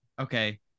Okay